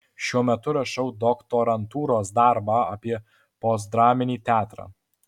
šiuo metu rašau doktorantūros darbą apie postdraminį teatrą